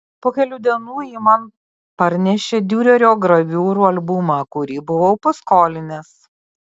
po kelių dienų ji man parnešė diurerio graviūrų albumą kurį buvau paskolinęs